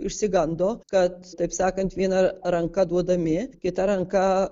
išsigando kad taip sakant viena ranka duodami kita ranka